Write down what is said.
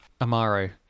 Amaro